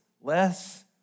less